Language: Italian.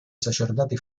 sacerdoti